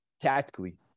tactically